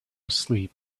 asleep